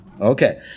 Okay